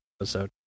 episode